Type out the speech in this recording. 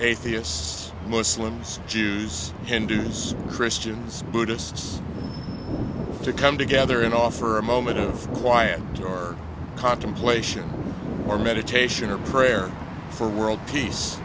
atheists muslims jews hindus christians buddhists to come together and offer a moment of quiet or contemplation or meditation or prayer for world peace